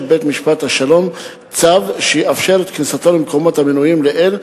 בית-משפט השלום צו שיאפשר את כניסתו למקומות המנויים לעיל,